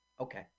Okay